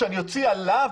שאני אוציא אלה?